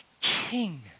King